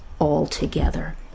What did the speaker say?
altogether